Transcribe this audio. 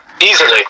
easily